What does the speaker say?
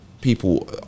people